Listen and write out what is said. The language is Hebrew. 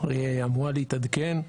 אמורה להתעדכן,